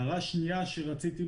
כאן הרשאה